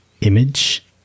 image